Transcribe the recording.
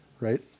Right